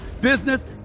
business